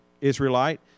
Israelite